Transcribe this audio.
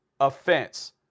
offense